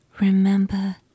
remember